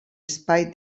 espai